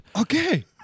Okay